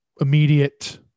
immediate